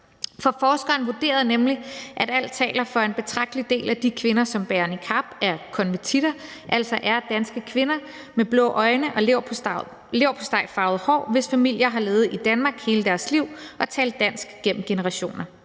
for forskerne vurderede nemlig, at alt taler for, at en betragtelig del af de kvinder, som bærer niqab, er konvertitter, altså er danske kvinder med blå øjne og leverpostejfarvet hår, hvis familier har levet i Danmark hele deres liv og talt dansk gennem generationer.